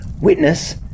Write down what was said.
Witness